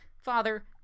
father